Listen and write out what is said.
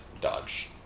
dodge